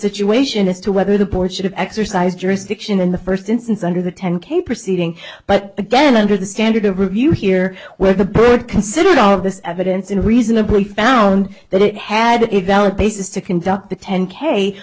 situation as to whether the porch of exercise jurisdiction in the first instance under the ten k proceeding but again under the standard of review here where the bird considered all of this evidence in reasonably found that it had a valid basis to conduct the